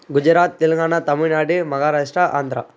Gujarat Telangana Tamil Nadu Maharashtra Andhra